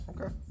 Okay